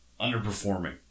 underperforming